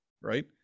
right